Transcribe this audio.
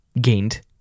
gained